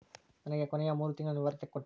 ನನಗ ಕೊನೆಯ ಮೂರು ತಿಂಗಳಿನ ವಿವರ ತಕ್ಕೊಡ್ತೇರಾ?